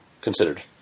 considered